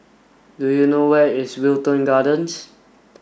do you know where is Wilton Gardens